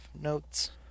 notes